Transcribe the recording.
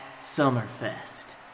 summerfest